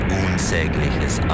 unsägliches